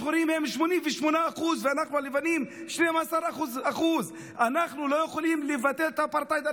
השחורים הם 88% ואנחנו הלבנים 12%. אנחנו לא יכולים לבטל את האפרטהייד.